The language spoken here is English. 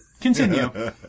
Continue